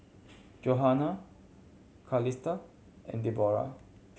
Johana Carlisle and Deborah